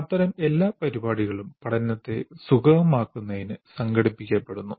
അത്തരം എല്ലാ പരിപാടികളും പഠനത്തെ സുഗമമാക്കുന്നതിന് സംഘടിപ്പിക്കപ്പെടുന്നു